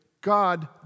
God